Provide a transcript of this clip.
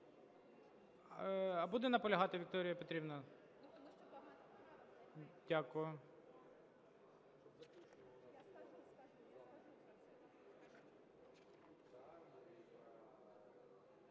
Буде наполягати Вікторія Петрівна? Дякую.